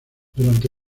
durante